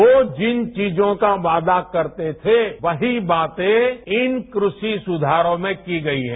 वो जिन चीजों का वादा करते थे वहीं बातें इन तीन कृषि सुधारों में की गई हैं